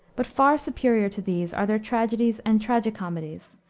but far superior to these are their tragedies and tragi-comedies,